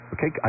Okay